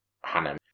Hannah